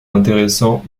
intéressant